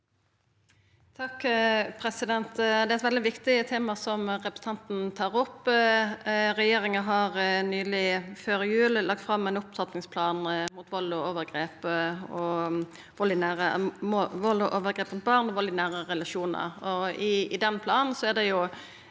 Toppe Det er eit veldig viktig tema som representanten Hjemdal tar opp. Regjeringa har nyleg, før jul, lagt fram ein opptrappingsplan mot vald og overgrep mot barn og vald i nære relasjonar. I den planen er det